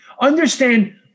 Understand